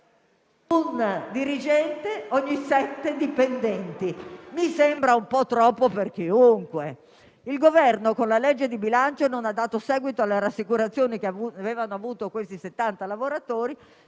un dirigente ogni sette dipendenti. Mi sembra un po' troppo per chiunque. Il Governo con il disegno di legge di bilancio non ha dato seguito alle rassicurazioni che avevano avuto questi settanta lavoratori,